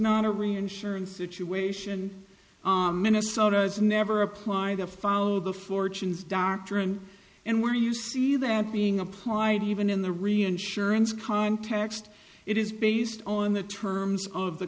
not a reinsurance situation minnesota's never apply the follow the fortunes doctrine and where you see that being applied even in the reinsurance context it is based on the terms of the